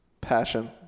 Passion